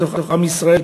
בתוך עם ישראל,